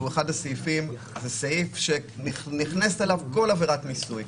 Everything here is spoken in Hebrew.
שהוא אחד הסעיפים שנכנסת אליו כל עבירת מיסוי,